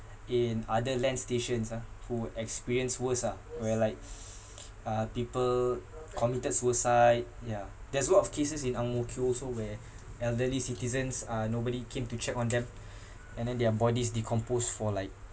in other land stations ah who experienced worse ah where like uh people committed suicide yeah there's a lot of cases in ang mo kio also where elderly citizens uh nobody came to check on them and then their bodies decomposed for like